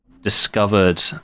discovered